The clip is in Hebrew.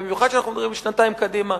במיוחד כשאנחנו מדברים שנתיים קדימה,